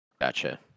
Gotcha